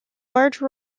large